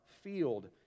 field